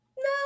No